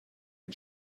ein